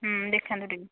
ଦେଖାନ୍ତୁ ଟିକିଏ